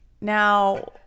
now